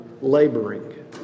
laboring